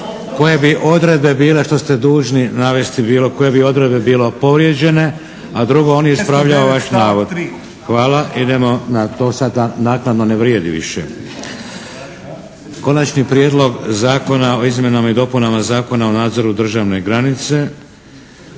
koje bi odredbe bile što ste dužni navesti bilo, koje bi odredbe bilo povrijeđene. A drugo, on je ispravljao vaš navod. … /Upadica se ne čuje./ … Hvala. Idemo na, to sada naknadno ne vrijedi više. Konačni prijedlog Zakona o izmjenama i dopunama Zakona o nadzoru državne granice.